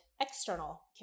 external